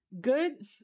good